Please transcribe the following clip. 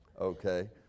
Okay